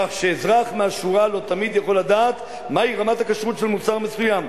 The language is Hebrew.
כך שאזרח מהשורה לא תמיד יכול לדעת מהי רמת הכשרות של מוצר מסוים".